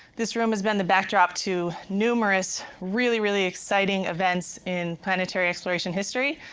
this room has been the backdrop to numerous really really exciting events in planetary exploration history,